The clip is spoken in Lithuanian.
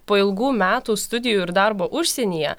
po ilgų metų studijų ir darbo užsienyje